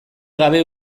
gabe